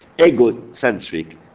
egocentric